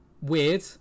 weird